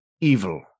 evil